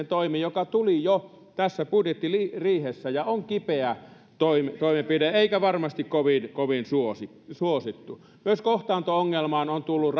toimi joka tuli jo tässä budjettiriihessä ja on kipeä toimenpide eikä varmasti kovin kovin suosittu suosittu myös kohtaanto ongelmaan on tullut